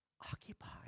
Occupy